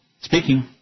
Speaking